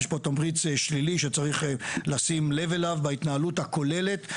יש פה תמריץ שלילי שצריך לשים לב אליו בהתנהלות הכוללת.